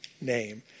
name